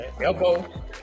elbow